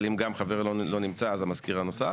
אבל אם גם חבר לא נמצא, אז המזכיר הנוסף.